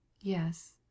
Yes